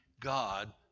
God